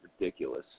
ridiculous